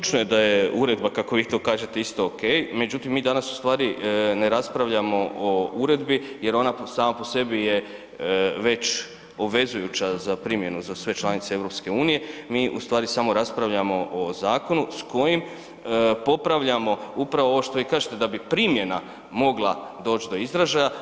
Točno je da je uredba kako vi to kažete isto ok, međutim mi danas ustvari ne raspravljamo o uredbi jer ona sama po sebi je već obvezujuća za primjenu za sve članice EU, mi ustvari samo raspravljamo o zakonu s kojim popravljamo upravo ovo što vi kažete da bi primjena mogla doć do izražaja.